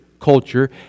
culture